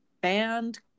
band